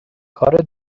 کار